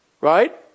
Right